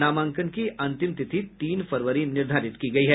नामांकन की अंतिम तिथि तीन फरवरी निर्धारित है